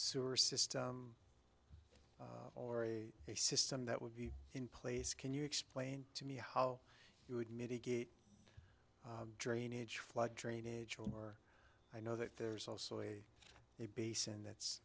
sewer system or a system that would be in place can you explain to me how you would mitigate drainage flood drainage or i know that there's also a basin that's